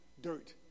dirt